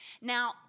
Now